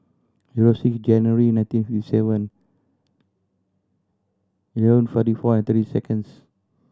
zero six January nineteen fifty Seven Eleven forty four and thirty seconds